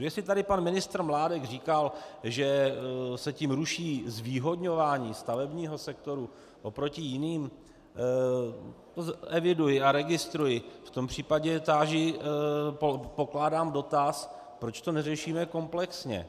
Jestli tady pan ministr Mládek říkal, že se tím ruší zvýhodňování stavebního sektoru oproti jiným, eviduji a registruji, v tom případě pokládám dotaz, proč to neřešíme komplexně.